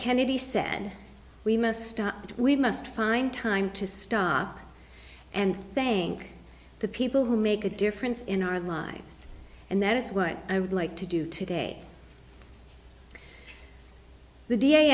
kennedy said we must we must find time to stop and think the people who make a difference in our lives and that is what i would like to do today the d